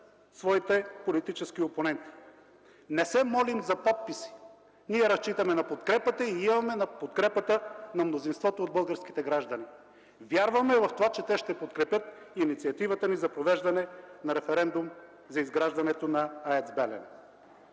своите политически опоненти. Не се молим за подписи, разчитаме на подкрепата и имаме подкрепата на мнозинството от българските граждани. Вярваме в това, че те ще подкрепят инициативата ни за провеждане на референдум за изграждането на АЕЦ „Белене”.